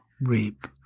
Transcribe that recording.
reap